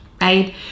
right